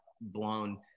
blown